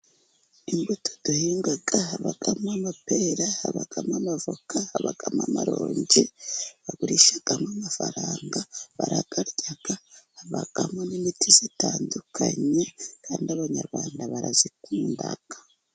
Imbuto duhinga habamo amapera, hakabamoka amavoka, hakabamo amaronji, bagurishamo amafaranga, bakazirya, hakabamo n'imiti itandukanye, kandi abanyarwanda barazikundada.